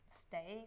stay